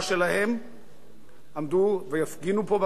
עמדו והפגינו פה בכנסת, רצו לכל פינה שהיא.